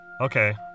okay